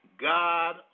God